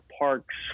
parks